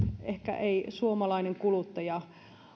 ehkä ei suomalainen kuluttaja